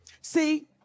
See